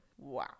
Wow